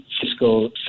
fiscal